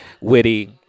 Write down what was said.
Witty